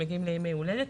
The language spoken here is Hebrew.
הם מגיעים לימי הולדת,